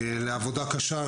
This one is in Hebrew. לעבודה קשה,